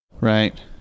Right